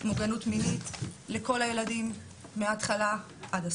מוגנות מינית לכל הילדים מהתחלה עד הסוף.